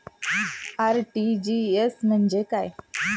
RTGS म्हणजे काय?